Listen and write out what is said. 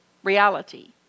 reality